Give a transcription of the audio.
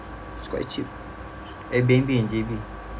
it's quite cheap airbnb in J_B